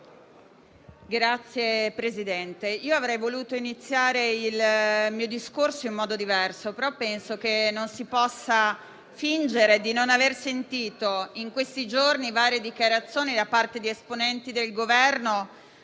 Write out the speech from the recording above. Signor Presidente, avrei voluto iniziare il mio intervento in modo diverso ma penso non si possa fingere di non aver sentito in questi giorni varie dichiarazioni da parte di esponenti del Governo